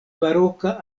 baroka